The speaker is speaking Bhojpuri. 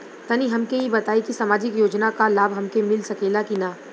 तनि हमके इ बताईं की सामाजिक योजना क लाभ हमके मिल सकेला की ना?